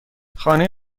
خانه